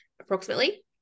approximately